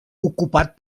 ocupat